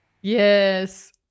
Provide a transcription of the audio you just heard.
yes